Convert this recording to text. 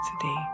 today